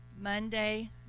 Monday